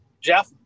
jeff